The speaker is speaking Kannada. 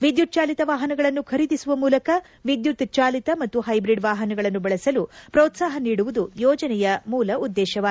ವಿದ್ಯುತ್ ಚಾಲಿತ ವಾಹನಗಳನ್ನು ಖರೀದಿಸುವ ಮೂಲಕ ವಿದ್ಯುತ್ ಚಾಲಿತ ಮತ್ತು ಹೈಬ್ರೀಡ್ ವಾಹನಗಳನ್ನು ಬಳಸಲು ಪ್ರೊತ್ಪಾಹ ನೀಡುವುದು ಯೋಜನೆಯ ಮೂಲ ಉದ್ದೇಶವಾಗಿದೆ